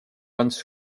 ants